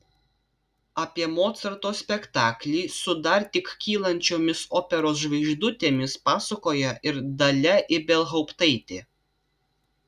apie mocarto spektaklį su dar tik kylančiomis operos žvaigždutėmis pasakoja ir dalia ibelhauptaitė